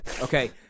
Okay